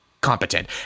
competent